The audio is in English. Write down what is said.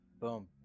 boom